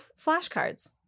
flashcards